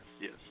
yes